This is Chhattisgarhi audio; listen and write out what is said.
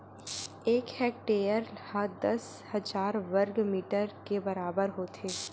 एक हेक्टेअर हा दस हजार वर्ग मीटर के बराबर होथे